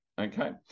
Okay